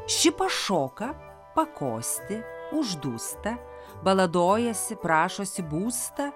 ši pašoka pakosti uždūsta baladojasi prašos į būstą